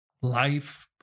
life